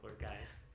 guys